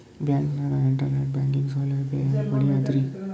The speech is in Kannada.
ಬ್ಯಾಂಕ್ದಾಗ ಇಂಟರ್ನೆಟ್ ಬ್ಯಾಂಕಿಂಗ್ ಸೌಲಭ್ಯ ಹೆಂಗ್ ಪಡಿಯದ್ರಿ?